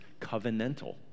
covenantal